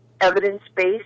evidence-based